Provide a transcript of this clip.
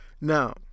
Now